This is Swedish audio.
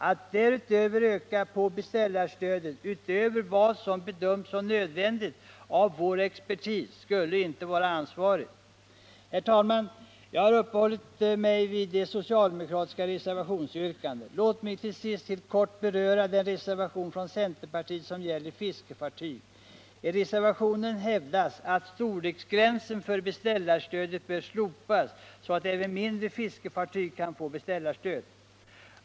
Att ytterligare öka på beställarstödet, utöver vad som bedöms som nödvändigt av vår expertis, skulle inte vara ansvarigt. Herr talman! Jag har uppehållit mig vid de socialdemokratiska reservationsyrkandena. Låt mig till sist helt kort beröra den reservation från centerpartiet som gäller fiskefartyg. I reservationen hävdas att storleksgränsen för beställarstödet bör slopas, så att även mindre fiskefartyg kan få beställarstöd.